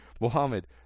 Mohammed